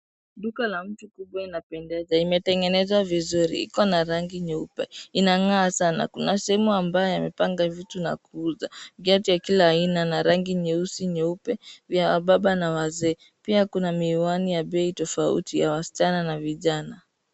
Duka la mti kubwa inapendeza. Imetengenezwa vizuri. Iko na rangi nyeupe. Inang'aa sana. Kuna sehemu ambayo yamepanga vitu na kuuza, viatu ya kila aina na rangi nyeusi nyeupe, vya wababa na wazee. Pia kuna miwani ya bei tofauti ya wasichana na vijana,